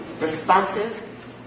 responsive